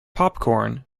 popcorn